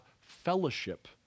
fellowship